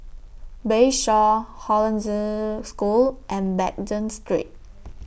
Bayshore Hollandse School and Baghdad Street